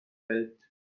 welt